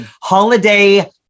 holiday